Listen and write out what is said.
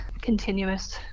continuous